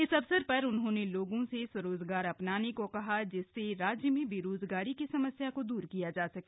इस अवसर पर उन्होंने लोगों से स्वरोजगार अपनाने को कहा जिससे राज्य में बेरोजगारी की समस्या को दूर किया जा सके